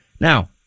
Now